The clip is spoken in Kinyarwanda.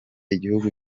igihugu